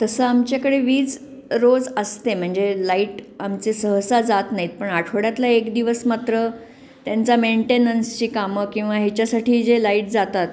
तसं आमच्याकडे वीज रोज असते म्हणजे लाईट आमचे सहसा जात नाही आहेत पण आठवड्यातला एक दिवस मात्र त्यांचा मेंटेनन्सची कामं किंवा ह्याच्यासाठी जे लाईट जातात